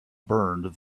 burned